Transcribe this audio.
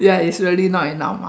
ya it's really not enough